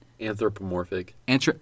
anthropomorphic